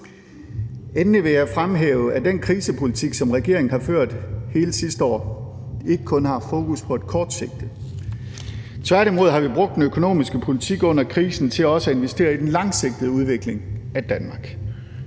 Endelig vil jeg fremhæve, at den krisepolitik, som regeringen har ført hele sidste år, ikke kun har haft fokus på et kort sigte. Tværtimod har vi brugt den økonomiske politik under krisen til også at investere i den langsigtede udvikling af Danmark